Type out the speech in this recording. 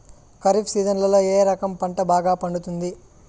ఖరీఫ్ సీజన్లలో ఏ రకం పంట బాగా పండుతుంది